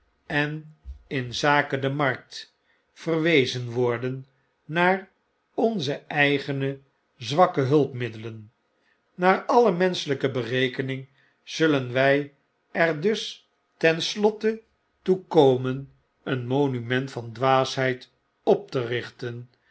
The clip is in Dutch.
en in zake de markt verwezen worden naar onze eigene zwakke hulpmiddelen naar alle menschelpe berekening zullen wtj er dus ten slotte toe komen een monument van dwaasheid op te richten